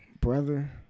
brother